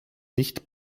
nicht